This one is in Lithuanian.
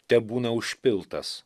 tebūna užpiltas